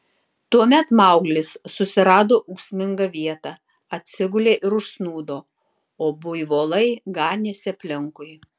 tuomet mauglis susirado ūksmingą vietą atsigulė ir užsnūdo o buivolai ganėsi aplinkui